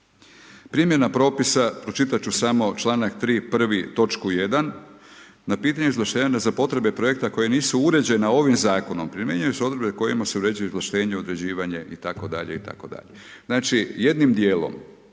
Primjena propisa pročitati ću samo članak 3., prvi, točku 1.: „Na pitanje izvlaštenja za potrebe projekta koja nisu uređena ovim zakonom primjenjuju se odredbe kojima se uređuje izvlaštenje, određivanje…itd., itd.“ Znači jednim dijelom,